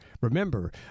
remember